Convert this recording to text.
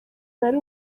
nari